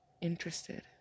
Interested